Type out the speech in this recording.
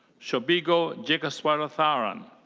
shobiga jegatheswaran.